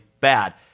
bad